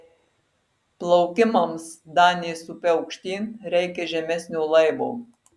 plaukimams danės upe aukštyn reikia žemesnio laivo